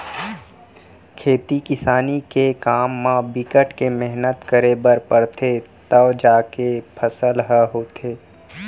खेती किसानी के काम म बिकट के मेहनत करे बर परथे तव जाके फसल ह होथे